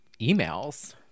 emails